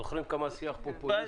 זוכרים כמה שיח פופוליסטי?